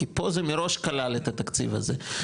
כי פה זה מראש כלל את התקציב הזה.